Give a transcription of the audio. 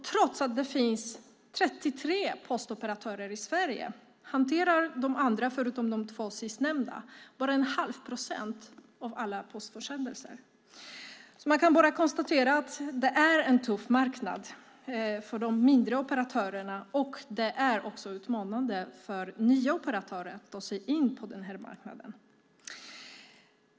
Trots att det finns 33 postoperatörer i Sverige hanterar de andra, förutom de två sistnämnda, bara en halv procent av alla postförsändelser. Man kan bara konstatera att det är en tuff marknad för de mindre operatörerna, och det är utmanande för nya operatörer att ta sig in på denna marknad.